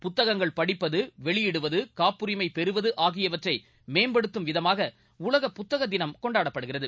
புத்தகங்கள் படிப்பது வெளியிடுவது காப்புரிமை பெறுவது ஆகியவற்றை மேம்படுத்தும் விதமாக உலக புத்தக தினம் கொண்டாடப்படுகிறது